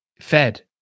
fed